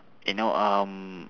you know um